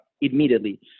immediately